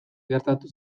gertatu